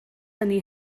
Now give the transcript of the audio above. hynny